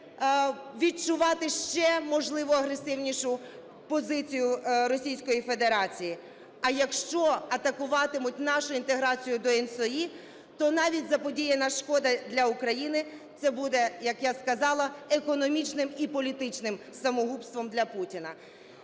відчувати ще, можливо, агресивнішу позицію Російської Федерації. А якщо атакуватимуть нашу інтеграцію до ENTSO-E , то навіть заподіяна шкода для України - це буде, як я сказала, економічним і політичним самогубством для Путіна.